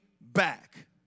back